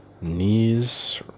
knees